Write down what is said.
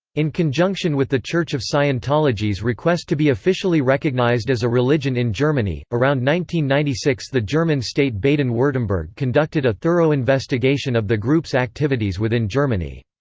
in conjunction with the church of scientology's request to be officially recognized as a religion in germany, around one ninety six the german state baden-wurttemberg conducted a thorough investigation of the group's activities within germany.